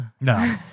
No